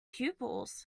pupils